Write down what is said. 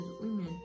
women